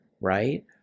right